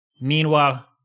Meanwhile